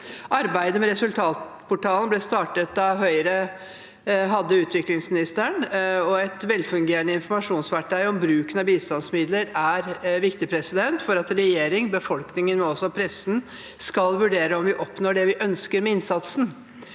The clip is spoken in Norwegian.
Arbeidet med resultatportalen ble startet da Høyre hadde utviklingsministeren, og et velfungerende informasjonsverktøy om bruken av bistandsmidler er viktig for at regjeringen, befolkningen og også pressen skal kunne vurdere om vi oppnår det vi ønsker med innsatsen.